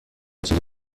چیزی